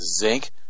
zinc